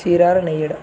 చీరల నెయ్యడం